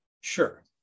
Sure